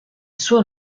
suo